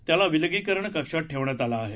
त्याला विलगीकरण कक्षात ठेवण्यात आलं आहे